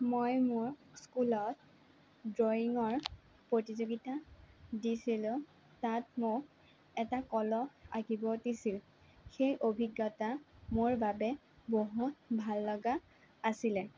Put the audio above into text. মই মোৰ স্কুলত ড্ৰয়িঙৰ প্ৰতিযোগীতা দিছিলোঁ তাত মোক এটা কলহ আঁকিব দিছিল সেই অভিজ্ঞতা মোৰ বাবে বহুত ভাললগা আছিলে